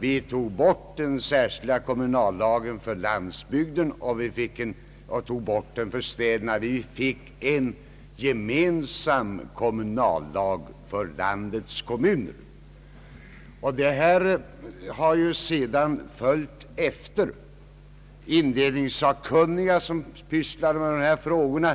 Vi tog bort den särskilda kommunallagen för landsbygden och för städerna; vi fick en gemensam kommunallag för landets kommuner. Indelningssakkunniga, som sysslade med dessa frågor,